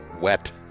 wet